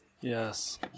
Yes